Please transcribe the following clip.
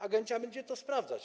Agencja będzie to sprawdzać.